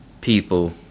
people